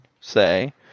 say